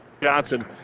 Johnson